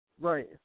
right